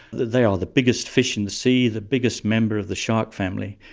they are the biggest fish in the sea, the biggest member of the shark family,